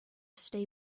stay